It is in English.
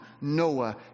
Noah